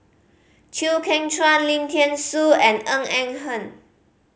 Chew Kheng Chuan Lim Thean Soo and Ng Eng Hen